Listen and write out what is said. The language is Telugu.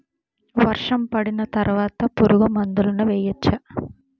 వర్షం పడిన తర్వాత పురుగు మందులను వేయచ్చా?